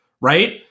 right